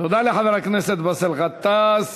תודה לחבר הכנסת באסל גטאס.